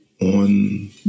on